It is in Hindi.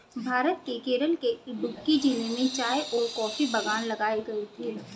भारत के केरल के इडुक्की जिले में चाय और कॉफी बागान लगाए गए थे